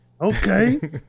Okay